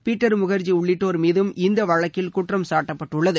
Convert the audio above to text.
Peter Mukherjee உள்ளிட்டோர் மீதும் இந்த வழக்கில் குற்றம் சாட்டப்பட்டுள்ளது